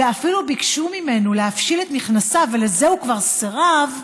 ואפילו ביקשו ממנו להפשיל את מכנסיו ולזה הוא כבר סירב,